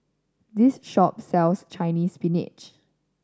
this shop sells Chinese Spinach